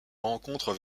rencontre